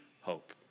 hope